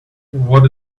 what